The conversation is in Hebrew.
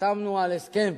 חתמנו על הסכם